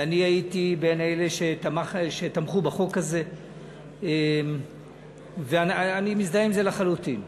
ואני הייתי בין אלה שתמכו בחוק הזה ואני מזדהה עם זה לחלוטין.